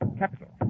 capital